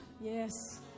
Yes